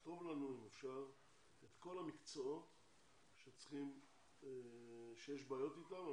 כתוב לנו אם אפשר את כל המקצועות שיש בעיות אתם על